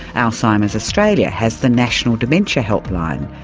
alzheimer's australia has the national dementia helpline.